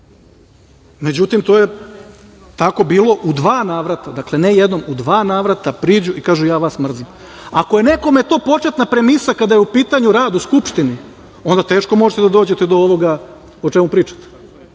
sebe.Međutim, to je tako bilo u dva navrata, dakle, ne jednom, u dva navrata priđu i kažu – ja vas mrzim. Ako je nekome to početna premisa kada je u pitanju rad u Skupštini, ono teško možete da dođete do ovoga o čemu pričate,